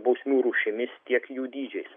bausmių rūšimis tiek jų dydžiais